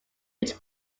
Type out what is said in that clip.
which